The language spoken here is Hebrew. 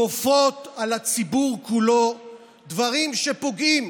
כופות על הציבור כולו דברים שפוגעים,